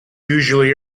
usually